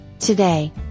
Today